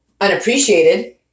unappreciated